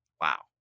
Wow